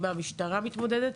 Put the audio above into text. עם מה המשטרה מתמודדת,